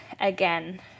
again